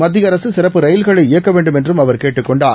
மத்திய அரசுசிறப்பு ரயில்களை இயக்கவேண்டும் என்றும் அவர் கேட்டுக் கொண்டார்